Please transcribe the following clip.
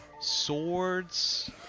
swords